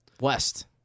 West